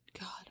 God